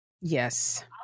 Yes